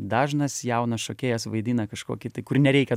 dažnas jaunas šokėjas vaidina kažkokį tai kur nereikia